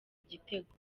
igitego